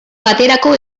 baterako